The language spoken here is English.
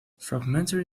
fragmentary